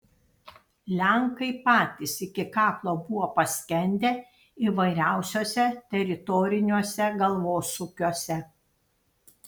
lenkai patys iki kaklo buvo paskendę įvairiausiuose teritoriniuose galvosūkiuose